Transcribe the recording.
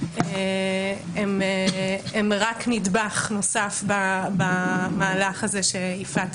הוא רק נדבך נוסף במהלך הזה שיפעת